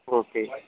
okay